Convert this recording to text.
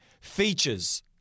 features